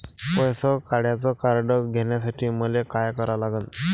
पैसा काढ्याचं कार्ड घेण्यासाठी मले काय करा लागन?